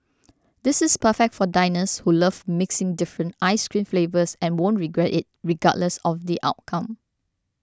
this is perfect for diners who love mixing different ice cream flavours and won't regret it regardless of the outcome